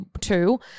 two